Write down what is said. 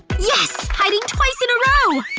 yes! hiding twice in a row!